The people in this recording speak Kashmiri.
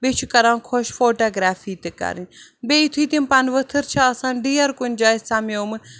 بیٚیہِ چھُ کران خۄش فوٹوگرافی تہِ کرٕنۍ بیٚیہِ یِتھُے تِم پَنہٕ ؤتھر چھِ آسان ڈٮ۪ر کُنہِ جایہِ سمیومُت